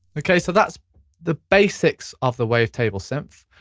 okay so that's the basics of the wavetable synth.